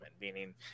meaning